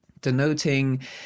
denoting